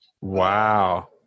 Wow